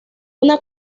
una